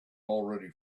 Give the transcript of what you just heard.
already